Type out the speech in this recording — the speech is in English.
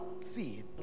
see